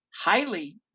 highly